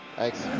Thanks